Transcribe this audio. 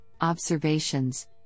observations